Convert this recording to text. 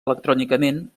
electrònicament